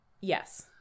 Yes